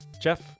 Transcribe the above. Jeff